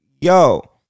yo